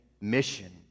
mission